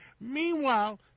meanwhile